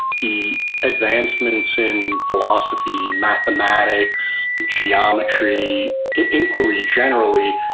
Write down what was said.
the advancements in philosophy, mathematics, geometry, inquiry generally,